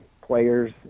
players